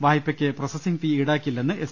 വായ്പയ്ക്ക് processing fees ഈടാക്കില്ലെന്ന് S